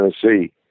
Tennessee